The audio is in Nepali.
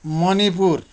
मणिपुर